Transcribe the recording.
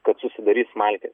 kad susidarys smalkės